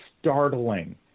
startling